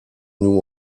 noue